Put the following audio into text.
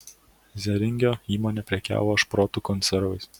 zeringio įmonė prekiavo šprotų konservais